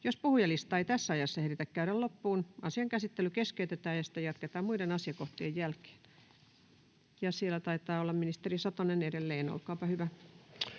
Jos puhujalistaa ei tässä ajassa ehditä käydä loppuun, asian käsittely keskeytetään ja sitä jatketaan muiden asiakohtien jälkeen. — Siellä taitaa olla ministeri Satonen edelleen. Olkaapa hyvä.